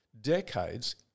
decades